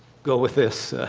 go with this